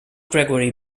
gregory